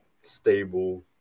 stable